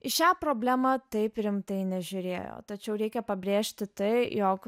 į šią problemą taip rimtai nežiūrėjo tačiau reikia pabrėžti tai jog